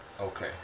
Okay